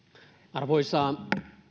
arvoisa